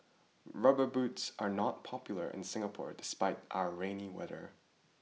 rubber boots are not popular in Singapore despite our rainy weather